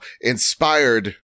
Inspired